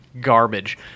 garbage